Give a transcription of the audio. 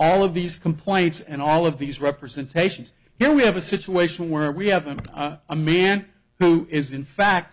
all of these complaints and all of these representations here we have a situation where we have a man who is in fact